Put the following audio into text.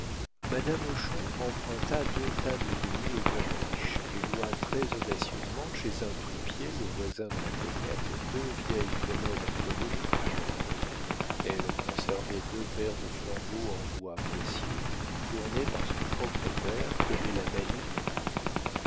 madame hochon emprunta deux tables de nuit aux borniche et loua très audacieusement chez un fripier le voisin de la cognette deux vieilles commodes à poignées de cuivre elle conservait deux paires de flambeaux en bois précieux tournés par son propre père qui avait la manie du tour